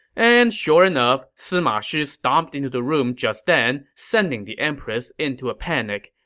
and sure enough, sima shi stomped into the room just then, sending the empress into a panic.